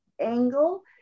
angle